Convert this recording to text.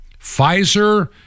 Pfizer